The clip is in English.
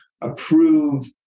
approve